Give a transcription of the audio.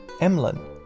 Emlyn